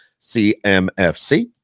CMFC